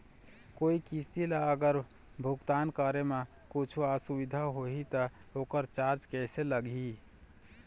कोई किस्त ला अगर भुगतान करे म कुछू असुविधा होही त ओकर चार्ज कैसे लगी?